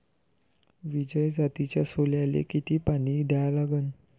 विजय जातीच्या सोल्याले किती पानी द्या लागन?